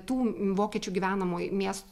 tų vokiečių gyvenamoj miest